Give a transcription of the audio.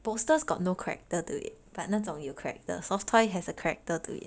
bolsters got no character to it but 那种有 character soft toy has a character to it